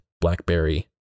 BlackBerry